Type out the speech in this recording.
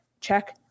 Check